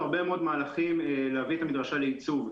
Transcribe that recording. הרבה מאוד מהלכים כדי להביא את המדרשה לייצוב.